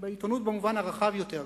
ובעיתונות במובן הרחב יותר,